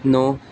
ਨੌ